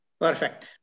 Perfect